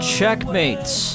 Checkmates